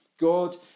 God